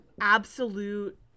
absolute